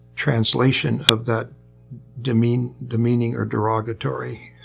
translation of that demeaning demeaning or derogatory